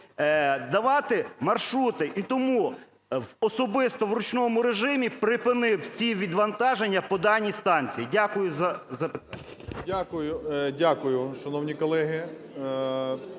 давати маршрути. І тому особисто в ручному режимі припинив всі відвантаження по даній станції. Дякую за запитання. 11:21:39 ГРОЙСМАН В.Б.